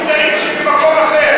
הכיבוש משחית,